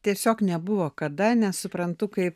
tiesiog nebuvo kada nesuprantu kaip